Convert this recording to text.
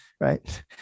right